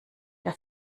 der